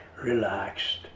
relaxed